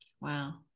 Wow